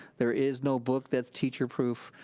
there is no book that's teacher-proof,